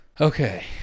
Okay